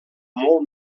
molt